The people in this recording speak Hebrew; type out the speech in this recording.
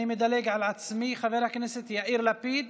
אני מדלג על עצמי, חבר הכנסת יאיר לפיד,